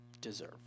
deserve